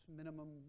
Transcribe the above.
minimum